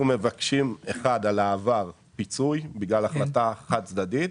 אנחנו מבקשים פיצוי על העבר בגלל ההחלטה החד צדדית.